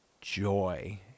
joy